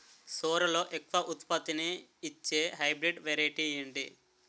సోరలో ఎక్కువ ఉత్పత్తిని ఇచే హైబ్రిడ్ వెరైటీ ఏంటి?